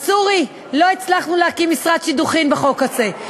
אז sorry, לא הצלחנו להקים משרד שידוכים בחוק הזה.